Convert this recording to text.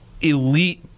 elite